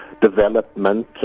development